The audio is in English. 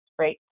right